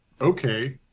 okay